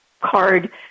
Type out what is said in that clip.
card